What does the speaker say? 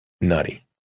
nutty